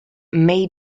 may